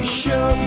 show